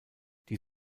die